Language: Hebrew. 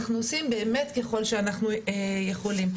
אנחנו עושים באמת ככל שאנחנו יכולים.